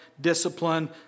discipline